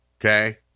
okay